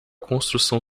construção